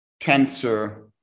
tensor